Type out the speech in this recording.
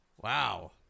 wow